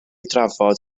drafod